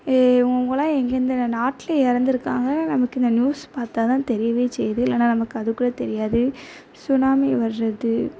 ஏ அவங்கவுங்களாம் எங்கெந்த ந நாட்டில இறந்துருக்காங்க நமக்கு இந்த நியூஸ் பார்த்தா தான் தெரியவே செய்து இல்லைன்னா நமக்கு அதுக்கூட தெரியாது சுனாமி வர்றது